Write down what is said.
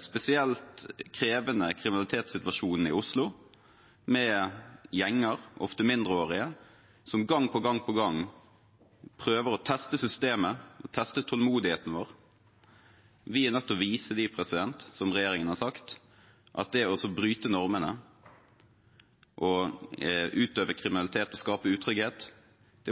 spesielt krevende kriminalitetssituasjonen i Oslo, med gjenger, ofte mindreårige, som gang på gang på gang prøver å teste systemet og tålmodigheten vår. Vi er nødt til å vise dem, som regjeringen har sagt, at det å bryte normene, utøve kriminalitet og skape utrygghet